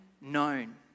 known